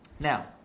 Now